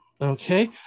okay